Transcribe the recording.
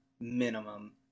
minimum